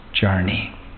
journey